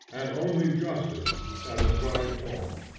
and only justice satisfies all.